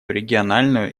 региональную